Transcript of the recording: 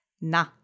na